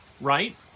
right